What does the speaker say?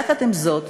יחד עם זאת,